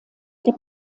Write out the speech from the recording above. der